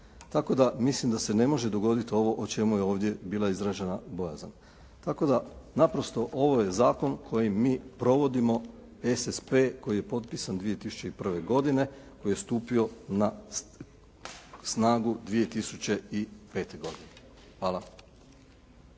tako da mislim da se ne može dogoditi ovo o čemu je ovdje bila izražena bojazan. Tako da naprosto ovo je zakon kojim mi provodimo SSP koji je potpisan 2001. godine koji je stupio na snagu 2005. godine. Hvala.